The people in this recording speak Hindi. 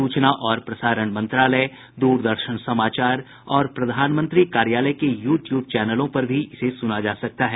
सूचना और प्रसारण मंत्रालय दूरदर्शन समाचार और प्रधानमंत्री कार्यालय के यू ट्यूब चैनलों पर भी इसे सुना जा सकता है